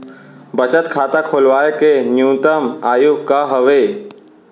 बचत खाता खोलवाय के न्यूनतम आयु का हवे?